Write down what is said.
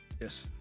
Yes